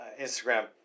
Instagram